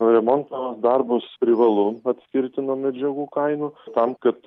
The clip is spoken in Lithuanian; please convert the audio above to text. o remonto darbus privalu atskirti nuo medžiagų kainų tam kad